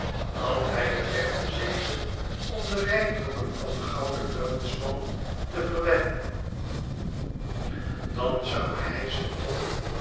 had hij het recht bezeten om de rijkdommen van den gouden vuilnisman te verwedden dan zou hij ze tot